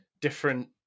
different